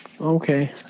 Okay